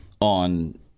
on